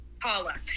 paula